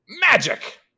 magic